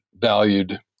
valued